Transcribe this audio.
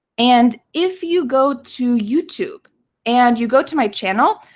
and if you go to youtube and you go to my channel,